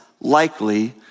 likely